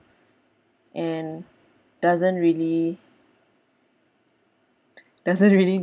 and doesn't really doesn't really